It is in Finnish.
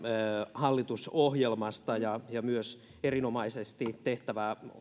hallitusohjelmasta ja ja myös erinomaisesti tehtävää